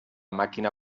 màquina